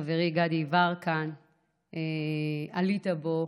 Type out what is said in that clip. חברי גדי יברקן, עלית בו,